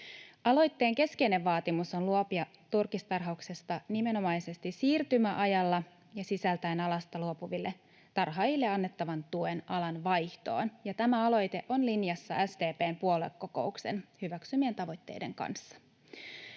Aloitteen keskeinen vaatimus on luopua turkistarhauksesta nimenomaisesti siirtymäajalla sisältäen alasta luopuville tarhaajille annettavan tuen alan vaihtoon, ja tämä aloite on linjassa SDP:n puoluekokouksen hyväksymien tavoitteiden kanssa.